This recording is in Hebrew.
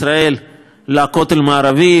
לכותל המערבי, לעיר העתיקה.